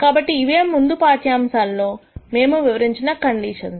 కాబట్టి ఇవే ముందు పాఠ్యాంశాల్లో మేము వివరించిన కండిషన్స్